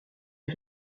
les